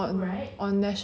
that's quite cool